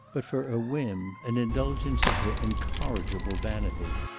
but for a whim, an indulgence of her incorrigible vanity!